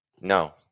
No